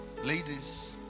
ladies